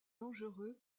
dangereux